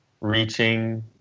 reaching